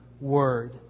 word